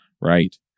right